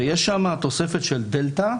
ויש שם תוספת של דלתא,